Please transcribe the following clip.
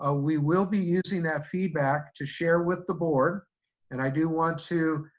ah we will be using that feedback to share with the board and i do want to